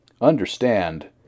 understand